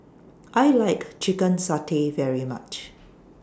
I like Chicken Satay very much